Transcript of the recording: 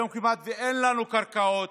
היום כמעט אין לנו קרקעות,